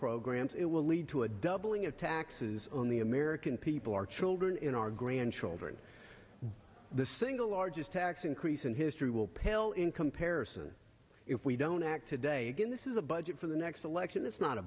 programs it will lead to a doubling of taxes on the american people our children in our grandchildren the single largest tax increase in history will pale in comparison if we don't act today this is a budget for the next election it's not a